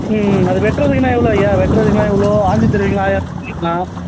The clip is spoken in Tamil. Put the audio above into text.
ம் ம் அது வெட்டுறதுக்குனா எவ்வளோ ஐயா வெட்டுறதுக்குனா எவ்வளோ ஆய்ஞ்சித் தருவீங்களா ஆயாது தருவீங்களா